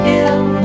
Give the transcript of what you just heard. ill